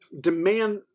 demand